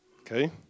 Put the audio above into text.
okay